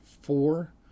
four